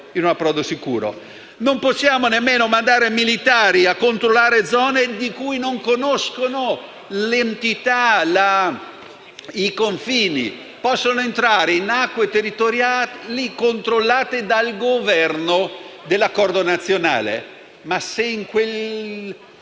Non possiamo neanche mandare i militari a controllare zone di cui non conoscono l'entità o i confini; possono entrare in acque territoriali controllate dal Governo di accordo nazionale